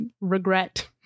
regret